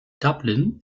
dublin